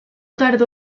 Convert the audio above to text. tardó